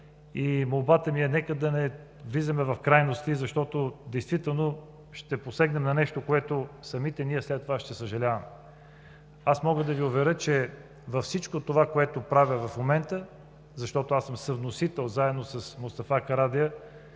и молбата ми е: нека да не влизаме в крайности, защото действително ще посегнем на нещо, за което самите ние след това ще съжаляваме. Аз мога да Ви уверя, че във всичко това, което правя в момента, защото аз съм съвносител заедно с Мустафа Карадайъ,